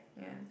yeah